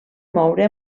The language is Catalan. moure